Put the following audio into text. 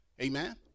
amen